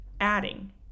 adding